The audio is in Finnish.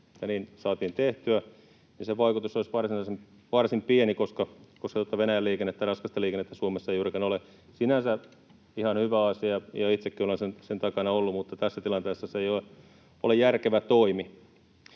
ja niin saatiin tehtyä, ja sen vaikutus olisi varsin pieni, koska Venäjän raskasta liikennettä Suomessa ei juurikaan ole. Sinänsä ihan hyvä asia, ja itsekin olen sen takana ollut, mutta tässä tilanteessa se ei ole järkevä toimi.